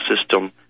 system